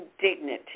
dignity